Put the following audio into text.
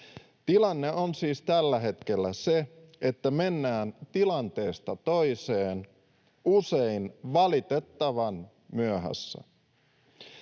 Tilanne on siis tällä hetkellä se, että mennään tilanteesta toiseen usein valitettavan myöhässä.